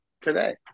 today